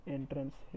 Entrance